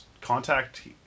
contact